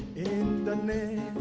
in the name